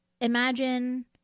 imagine